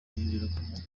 ingirakamaro